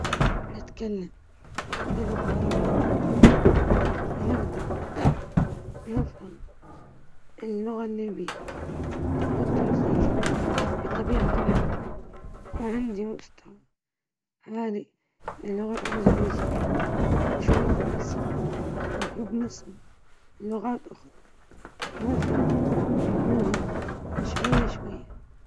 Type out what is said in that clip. أستطيع التحدث باللغة الإنجليزية والليبية بطلاقة، أفهم أيضًا بعض الإسبانية والفرنسية بشكل جيد، وأحيانًا يمكنني التحدث بها في المواقف البسيطة.